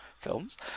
films